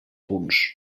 punts